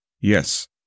Yes